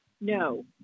No